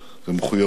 זו מחויבות